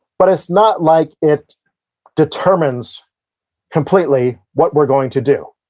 but, it's not like it determines completely what we're going to do.